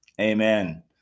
Amen